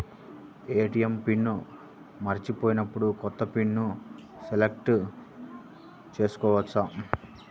ATM PIN మరచిపోయినప్పుడు, కొత్త PIN సెల్లో సెట్ చేసుకోవచ్చా?